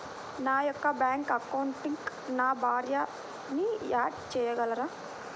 నా యొక్క బ్యాంక్ అకౌంట్కి నా భార్యని యాడ్ చేయగలరా?